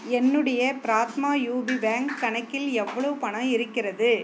என்னுடைய Prathama UP bank கணக்கில் எவ்வளோ பணம் இருக்கிறது